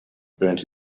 burnt